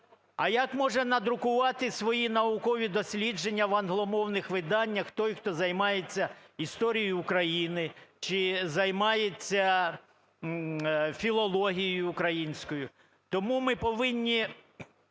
А як може надрукувати свої наукові дослідження в англомовних виданнях той, хто займається історією України чи займається філологією українською? Тому ми повинні